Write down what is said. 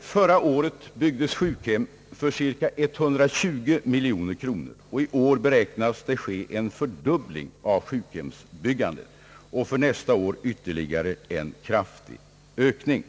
Förra året byggdes sjukhem för cirka 120 miljoner kronor och i år beräknas det ske en fördubbling av sjukhemsbyggandet. För nästa år beräknas ytterligare en kraftig ökning.